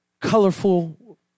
colorful